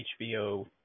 HBO